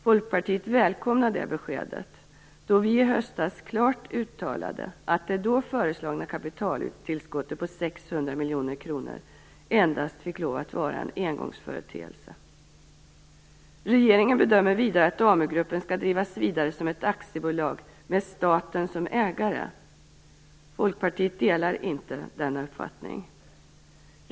Folkpartiet välkomnar det beskedet, då vi i höstas klart uttalade att det då föreslagna kapitaltillskottet på 600 miljoner kronor endast fick lov att vara en engångsföreteelse. Regeringen bedömer vidare att AmuGruppen skall drivas vidare som ett aktiebolag med staten som ägare. Folkpartiet delar inte denna uppfattning.